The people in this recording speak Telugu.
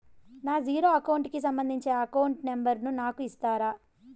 నా జీరో అకౌంట్ కి సంబంధించి అకౌంట్ నెంబర్ ను నాకు ఇస్తారా